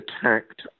attacked